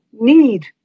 need